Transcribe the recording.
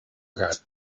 gat